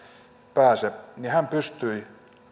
pääse niin hän pystyi